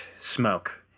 smoke